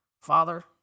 Father